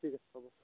ঠিক আছে